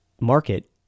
market